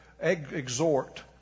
exhort